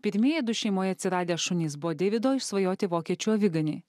pirmieji du šeimoje atsiradę šunys buvo deivido išsvajoti vokiečių aviganiai